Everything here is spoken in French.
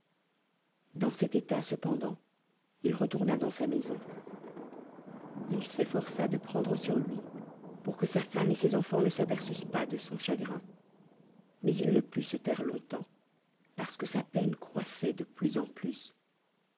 dans cet état cependant il retourna dans sa maison il s'effrça de prcndre sur lui pour que sa femme et se enfants ne s'aperçusaent pas de son chagrin mais il ne put se tairé long-temps parce que sa peine croissoit de plus en plus